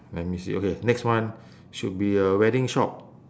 let me see okay next one should be a wedding shop